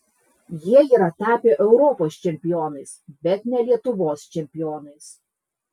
jie yra tapę europos čempionais bet ne lietuvos čempionais